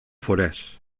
forès